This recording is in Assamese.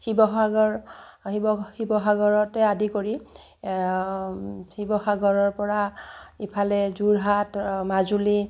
শিৱসাগৰ শিৱ শিৱসাগৰকে আদি কৰি শিৱসাগৰৰপৰা ইফালে যোৰহাট মাজুলী